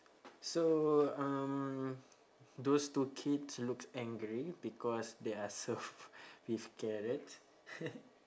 so um those two kids looks angry because they are serve with carrots